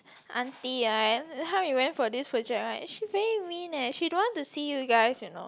aunty how you went for this project right she very mean eh she don't want to see you guys you know